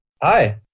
Hi